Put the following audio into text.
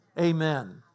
Amen